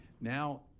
now